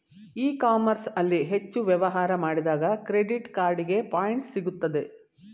E commerce ಅಲ್ಲಿ ಹೆಚ್ಚು ವ್ಯವಹಾರ ಮಾಡಿದಾಗ ಕ್ರೆಡಿಟ್ ಕಾರ್ಡಿಗೆ ಪಾಯಿಂಟ್ಸ್ ಸಿಗುತ್ತದೆ